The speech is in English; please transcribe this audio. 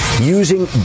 using